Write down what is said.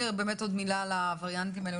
יש לך שקף על הווריאנטים האלה?